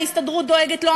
ההסתדרות דואגת לו,